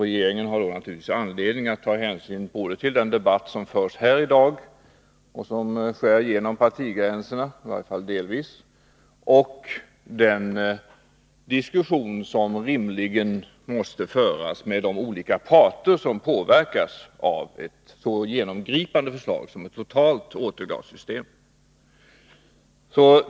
Regeringen har då naturligtvis anledning att ta hänsyn till både den debatt som förs här i dag, och som i varje fall delvis skär igenom partigränserna, och den diskussion som rimligen måste föras med de olika parter som påverkas av ett så genomgripande förslag som införandet av ett totalt återglassystem.